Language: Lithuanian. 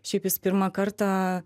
šiaip jis pirmą kartą